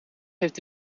heeft